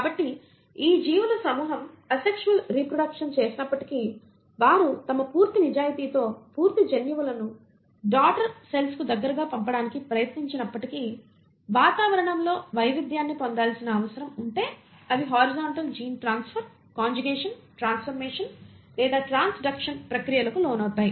కాబట్టి ఈ జీవుల సమూహం అసెక్షువల్ రీప్రొడెక్షన్ చేసినప్పటికీ వారు తమ పూర్తి నిజాయితీతో పూర్తి జన్యువులను డాటర్ సెల్స్ కు దగ్గరగా పంపడానికి ప్రయత్నించినప్పటికీ వాతావరణంలో వైవిధ్యాన్ని పొందాల్సిన అవసరం ఉంటే అవి horizontal gene transfer conjugation transformation లేదా ట్రాన్స్డక్షన్ ప్రక్రియలకు లోనవుతాయి